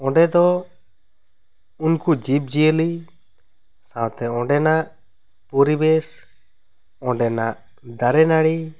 ᱚᱸᱰᱮ ᱫᱚ ᱩᱱᱠᱩ ᱡᱤᱵᱽ ᱡᱤᱭᱟᱹᱞᱤ ᱥᱟᱶᱛᱮ ᱚᱸᱰᱮᱱᱟᱜ ᱯᱩᱨᱤᱵᱮᱥ ᱚᱸᱰᱮᱱᱟᱜ ᱫᱟᱨᱮ ᱱᱟᱹᱲᱤ